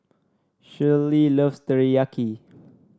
Schley loves Teriyaki